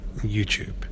YouTube